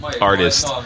Artist